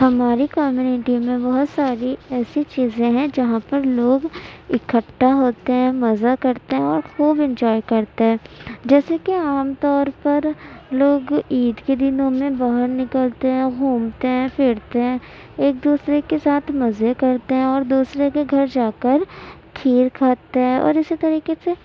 ہماری کمیونٹی میں بہت ساری ایسی چیزیں ہیں جہاں پر لوگ اکٹھا ہوتے ہیں مزہ کرتے ہیں اور خوب انجوائے کرتے ہیں جیسے کہ عام طور پر لوگ عید کے دنوں میں باہر نکلتے ہیں گھومتے ہیں پھرتے ہیں ایک دوسرے کے ساتھ مزے کرتے ہیں اور دوسرے کے گھر جا کر کھیر کھاتے ہیں اور اسی طریقے سے